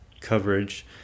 coverage